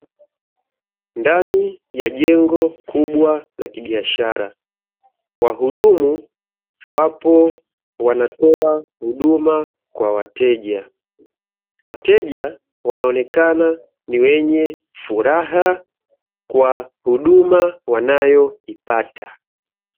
Ndani ya jengo kubwa la kibiashara wahudumu wapo wanatoa huduma kwa wateja, wateja wanaonekana ni wenye furaha kwa huduma wanayoipata.